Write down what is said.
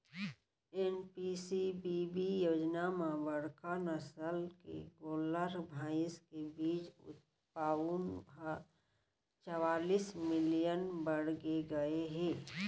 NPCBB योजना म बड़का नसल के गोल्लर, भईंस के बीज उत्पाउन ह चवालिस मिलियन बाड़गे गए हे